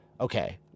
okay